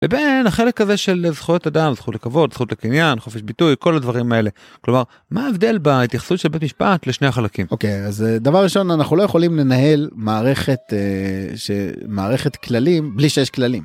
לבין החלק הזה של זכויות אדם, זכות לכבוד, זכות לקניין, חופש ביטוי, כל הדברים האלה. כלומר, מה ההבדל בהתייחסות של בית המשפט לשני החלקים? אוקיי, אז דבר ראשון, אנחנו לא יכולים לנהל מערכת כללים בלי שיש כללים.